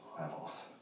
levels